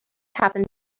happened